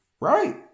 Right